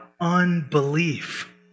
unbelief